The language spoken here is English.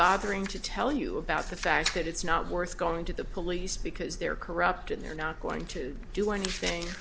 bothering to tell you about the fact that it's not worth going to the police because they're corrupt and they're not going to do anything